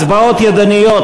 הצבעות ידניות,